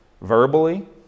verbally